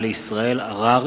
הנני מתכבד להודיעכם,